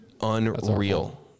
unreal